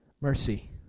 mercy